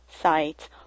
sites